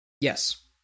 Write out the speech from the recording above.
Yes